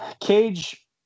Cage